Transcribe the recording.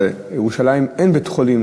בירושלים אין בית-חולים,